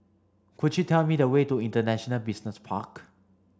could you tell me the way to International Business Park